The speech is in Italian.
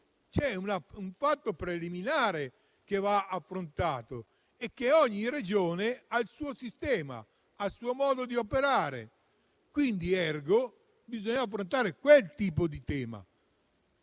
però un fatto preliminare che va affrontato: ogni Regione ha il suo sistema, il suo modo di operare, *ergo* bisogna affrontare quel tipo di tema.